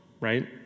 right